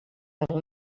del